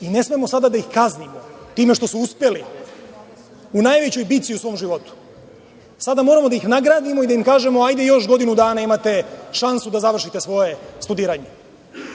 i ne smemo sada da ih kaznimo time što su uspeli u najvećoj bici u svom životu. Sada moramo da ih nagradimo i da im kažemo imate još godinu dana šansu da završite svoje studiranje.